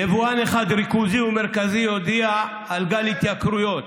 יבואן אחד ריכוזי ומרכזי הודיע על גל התייקרויות.